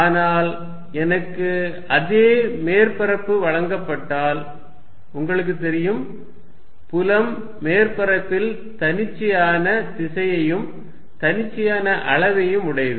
ஆனால் எனக்கு அதே மேற்பரப்பு வழங்கப்பட்டால் உங்களுக்கு தெரியும் புலம் மேற்பரப்பில் தன்னிச்சையான திசையும் தன்னிச்சையான அளவும் உடையது